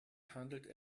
handelt